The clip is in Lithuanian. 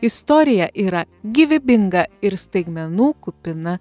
istorija yra gyvybinga ir staigmenų kupina